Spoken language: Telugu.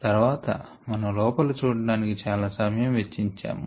తర్వాత మనం లోపల చూడటానికి చాలా సమయం వెచ్చించాము